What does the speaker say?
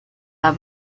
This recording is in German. war